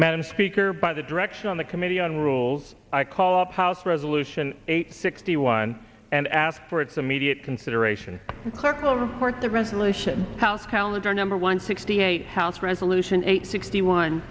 madam speaker by the direction on the committee on rules i called house resolution eight sixty one and ask for its immediate consideration circle report the resolution house calendar number one sixty eight house resolution eight sixty one